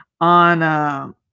on